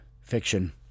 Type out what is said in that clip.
fiction